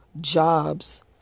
jobs